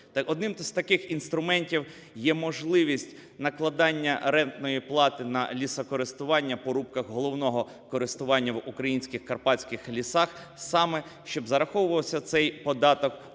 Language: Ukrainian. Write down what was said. одним із таких інструментів є можливість накладення рентної плати на лісокористування по рубках головного користування в українських карпатських лісах, саме щоб зараховувався цей податок